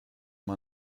man